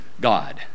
god